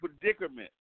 predicament